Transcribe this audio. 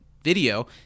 video